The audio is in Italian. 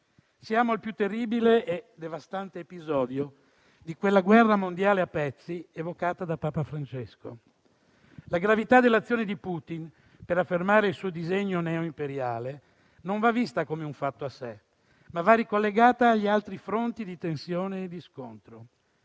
Siamo al più terribile e devastante episodio di quella guerra mondiale a pezzi evocata da Papa Francesco. La gravità delle azioni di Putin per affermare il suo disegno neo imperiale non va vista come un fatto a sé, ma va ricollegata agli altri fronti di tensione e di scontro